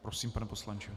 Prosím, pane poslanče.